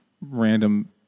random